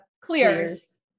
clears